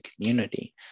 community